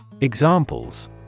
Examples